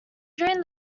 during